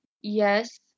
yes